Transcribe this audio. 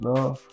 Love